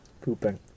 Pooping